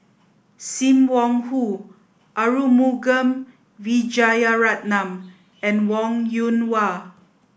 Sim Wong Hoo Arumugam Vijiaratnam and Wong Yoon Wah